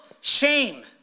shame